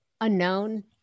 unknown